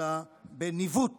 אלא בניווט